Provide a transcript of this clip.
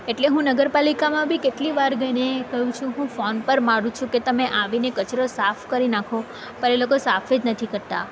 એટલે હું નગરપાલિકામાં બી કેટલી વાર ગઈ ને કહ્યું છું હું ફોન પર પણ મારું છું કે તમે આવી ને કચરો સાફ કરી નખો પર એ લોકો સાફ જ નથી કરતા